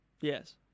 Yes